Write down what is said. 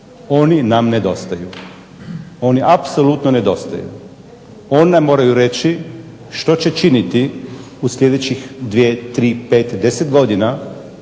Oni nam nedostaju. Oni apsolutno nedostaju. Oni nam moraju reći što će činiti u sljedećih 2, 3, 5, 10 godina